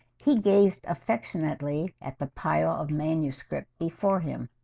he gazed affectionately at the pile of manuscript before him